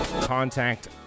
contact